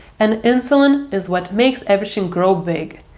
and insulin is what makes everything grow big.